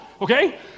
okay